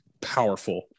Powerful